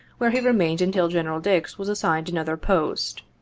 where he remained until general dix was assigned another post.